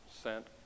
sent